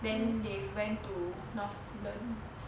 then they went to northland